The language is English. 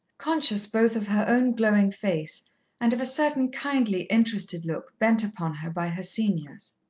conscious both of her own glowing face and of a certain kindly, interested look bent upon her by her seniors.